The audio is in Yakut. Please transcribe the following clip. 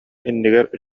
иннигэр